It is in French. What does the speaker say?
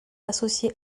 associés